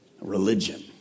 religion